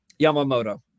Yamamoto